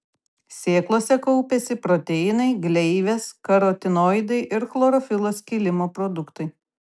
sėklose kaupiasi proteinai gleivės karotinoidai ir chlorofilo skilimo produktai